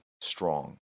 strong